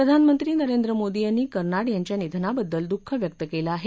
प्रधानमंत्री नरेंद्र मोदी यांनी कर्नाड यांच्या निधनाबद्दल दुःख व्यक्त केलं आहे